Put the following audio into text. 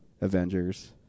avengers